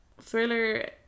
thriller